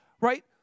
right